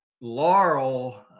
Laurel